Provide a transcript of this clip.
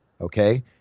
okay